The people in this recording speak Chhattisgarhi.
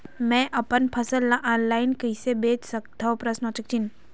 मैं अपन फसल ल ऑनलाइन कइसे बेच सकथव?